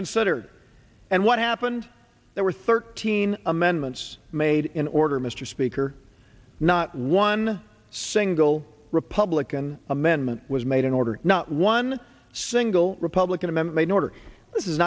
considered and what happened there were thirteen amendments made in order mr speaker not one single republican amendment was made in order not one single republican i'm a new order this is